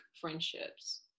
friendships